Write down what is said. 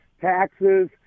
taxes